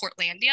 Portlandia